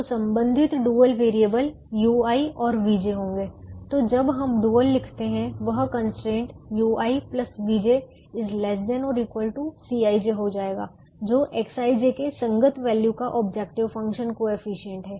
तो संबंधित dual variable ui और vj होंगे तो जब हम डुअल लिखते हैं वह कंस्ट्रेंट ui vj ≤ Cij हो जाएगा जो Xij के संगत वैल्यू का ऑब्जेक्टिव फंक्शन कोएफिशिएंट है